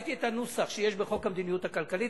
ראיתי את הנוסח שיש בחוק המדיניות הכלכלית,